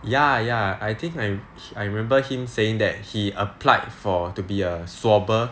ya ya I think I I remember him saying that he applied for to be a swabber